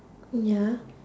ya